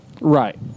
Right